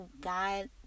God